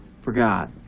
forgot